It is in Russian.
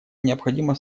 необходимо